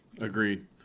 Agreed